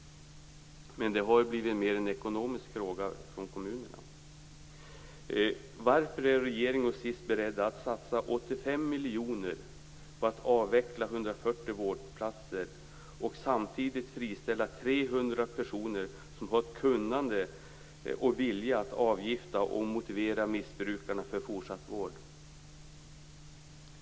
Det har mer blivit en ekonomisk fråga för kommunerna. Varför är regeringen och SIS beredda att satsa 85 miljoner för att avveckla 140 vårdplatser och samtidigt friställa 300 personer som har ett kunnande och en vilja att avgifta och motivera missbrukarna för fortsatt vård?